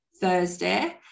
Thursday